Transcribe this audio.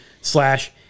slash